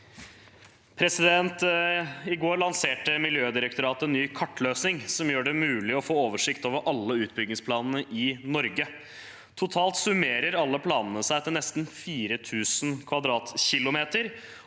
I går lanserte Miljødirektoratet en ny kartløsning som gjør det mulig å få oversikt over alle utbyggingsplanene i Norge. Totalt summerer alle planene seg til nesten 4 000 km², og det